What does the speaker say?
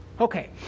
Okay